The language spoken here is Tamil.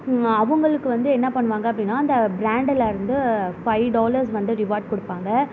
அவங்களுக்கு வந்து என்ன பண்ணுவாங்க அப்படினா இந்த பிராண்டில் வந்து ஃபை டாலர்ஸ் வந்து ரிவாட் கொடுப்பாங்க